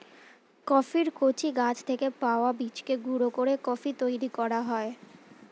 কফির কচি গাছ থেকে পাওয়া বীজকে গুঁড়ো করে কফি তৈরি করা হয়